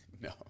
No